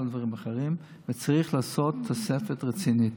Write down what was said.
הדברים האחרים וצריך לעשות תוספת רצינית.